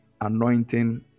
anointing